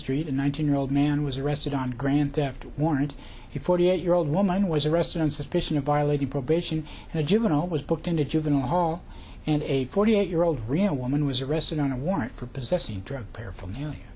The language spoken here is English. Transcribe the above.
street in one thousand year old man was arrested on grand theft warrant a forty eight year old woman was arrested on suspicion of violating probation and a juvenile was booked into juvenile hall and a forty eight year old real woman was arrested on a warrant for possessing drug paraphernalia